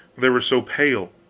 they were so pale,